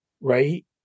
right